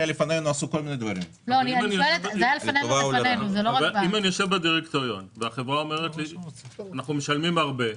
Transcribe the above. אני יושב בדירקטוריון והחברה אומרת לי שמשלמים הרבה,